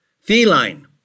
Feline